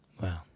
Wow